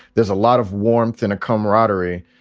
there's a lot of warmth and a camaraderie.